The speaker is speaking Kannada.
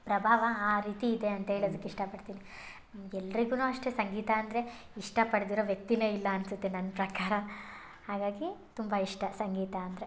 ಪ್ರಭಾವ ಆ ರೀತಿ ಇದೆ ಅಂತ ಹೇಳೋದಕ್ ಇಷ್ಟಪಡ್ತೀನಿ ಎಲ್ರಿಗೂ ಅಷ್ಟೇ ಸಂಗೀತ ಅಂದರೆ ಇಷ್ಟಪಡ್ದಿರೊ ವ್ಯಕ್ತಿನೆ ಇಲ್ಲ ಅನ್ಸುತ್ತೆ ನನ್ನ ಪ್ರಕಾರ ಹಾಗಾಗಿ ತುಂಬ ಇಷ್ಟ ಸಂಗೀತ ಅಂದರೆ